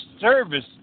service